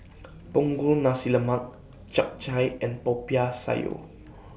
Punggol Nasi Lemak Chap Chai and Popiah Sayur